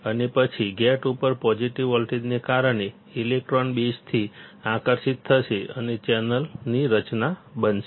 અને પછી ગેટ ઉપર પોઝિટિવ વોલ્ટેજને કારણે ઇલેક્ટ્રોન બેઝથી આકર્ષિત થશે અને ચેનલની રચના બનશે